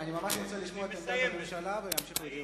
אני ממש רוצה לשמוע את עמדת הממשלה ולהמשיך בדיון.